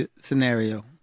scenario